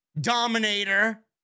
dominator